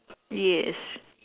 yes